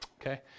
Okay